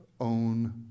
own